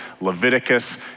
Leviticus